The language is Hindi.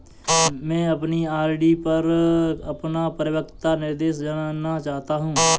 मैं अपनी आर.डी पर अपना परिपक्वता निर्देश जानना चाहता हूँ